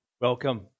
Welcome